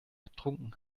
getrunken